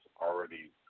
already